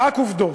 רק עובדות.